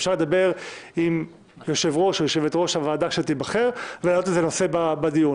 אפשר לדבר עם יושב-ראש הוועדה שייבחר ולהעלות את הנושא לדיון.